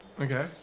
Okay